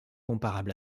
comparable